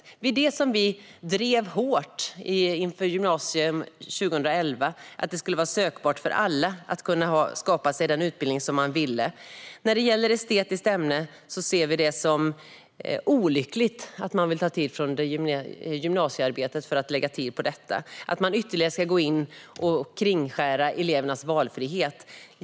Det var det som vi drev hårt inför Gy 2011: Det ska vara sökbart för alla att kunna skapa sig den utbildning man vill ha. När det gäller estetiska ämnen ser vi det som olyckligt att man vill ta tid från gymnasiearbetet för att lägga på detta och att man ytterligare går in och kringskär elevernas valfrihet.